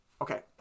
Okay